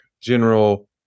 general